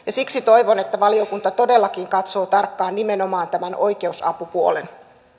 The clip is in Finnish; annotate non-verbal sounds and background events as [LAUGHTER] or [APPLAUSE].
[UNINTELLIGIBLE] ja siksi toivon että valiokunta todellakin katsoo tarkkaan nimenomaan tämän oikeusapupuolen